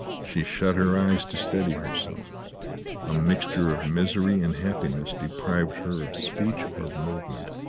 she shut her eyes to steady herself a mixture of misery and happiness deprived her of speech or movement.